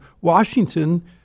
Washington